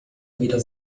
wieder